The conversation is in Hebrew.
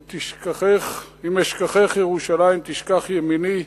אם אשכחך ירושלים תשכח ימיני,